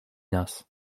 nas